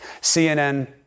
CNN